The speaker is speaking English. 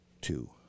two